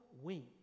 wink